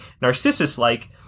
narcissus-like